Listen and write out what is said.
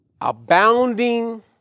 abounding